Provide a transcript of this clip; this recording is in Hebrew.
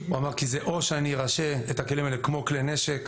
הוא אמר: זה או שנרשה את הכלים האלה כמו כלי נשק,